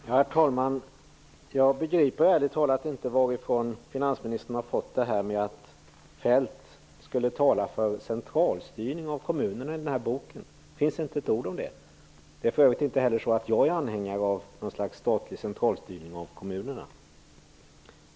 Herr talman! Jag begriper ärligt talat inte varifrån finansministern har fått detta med att Feldt i sin bok skulle tala för centralstyrning av kommunerna. Det finns inte ett ord om det. För övrigt är inte heller jag anhängare av något slags statlig centralstyrning av kommunerna.